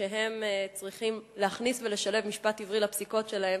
כשהם צריכים להכניס ולשלב משפט עברי לפסיקות שלהם,